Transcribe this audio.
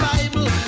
Bible